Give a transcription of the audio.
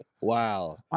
Wow